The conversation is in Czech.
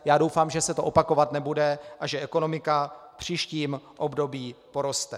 Já doufám, že se to opakovat nebude a že ekonomika v příštím období poroste.